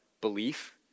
belief